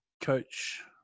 coach